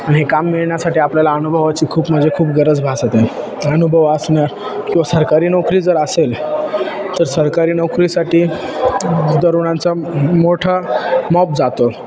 आणि हे काम मिळण्यासाठी आपल्याला अनुभवाची खूप म्हणजे खूप गरज भासते अनुभव असणं किंवा सरकारी नोकरी जर असेल तर सरकारी नोकरीसाठी तरुणांचा मोठा मॉब जातो